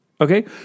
Okay